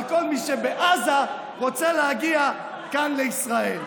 אבל כל מי שבעזה רוצה להגיע לכאן, לישראל.